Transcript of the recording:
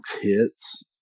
hits